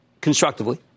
constructively